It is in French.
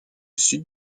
sud